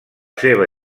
seva